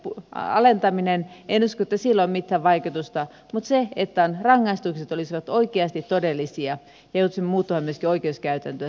en usko että sillä on mitään vaikutusta toisin kuin sillä että rangaistukset olisivat oikeasti todellisia ja joutuisimme muuttamaan myöskin oikeuskäytäntöä sen mukaisesti